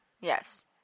Yes